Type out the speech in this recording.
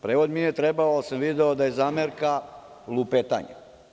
Prevod mi nije trebao, ali sam video da je zamerka lupetanjem.